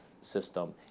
system